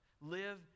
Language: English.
Live